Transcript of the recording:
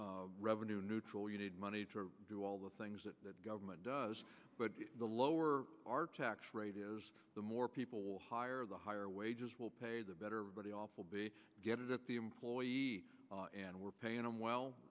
be revenue neutral you need money to do all the things that the government does but the lower our tax rate is the more people will hire the higher wages will pay the better video will be good at the employees and we're paying them well